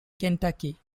kentucky